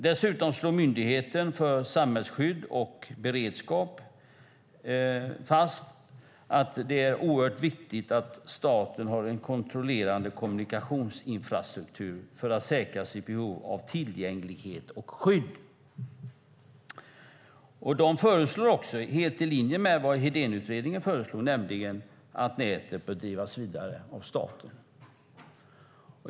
Dessutom slår Myndigheten för samhällsskydd och beredskap fast att det är oerhört viktigt att staten har en kontrollerande kommunikationsinfrastruktur för att säkra sitt behov av tillgänglighet och skydd. De föreslår också, helt i linje med vad Hedénutredningen föreslår, att nätet bör drivas vidare av staten.